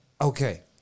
okay